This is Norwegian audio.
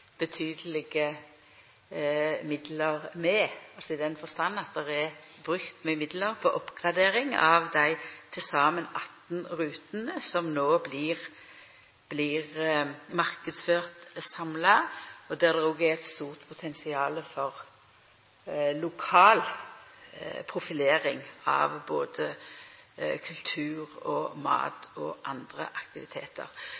betydelege midlar – i den forstand at det er brukt mykje midlar på oppgradering av dei til saman 18 rutene som no blir marknadsførte samla, og der det òg er eit stort potensial for lokal profilering av både kultur, mat og